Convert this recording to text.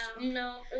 no